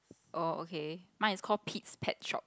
oh okay mine is called Pete's Pet Shop